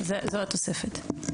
זאת התוספת.